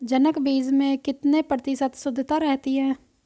जनक बीज में कितने प्रतिशत शुद्धता रहती है?